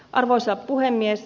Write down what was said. arvoisa puhemies